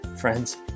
Friends